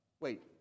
wait